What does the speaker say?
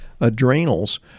Adrenals